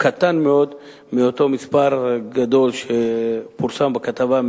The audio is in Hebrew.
קטן מאוד מאותו מספר שפורסם בכתבה,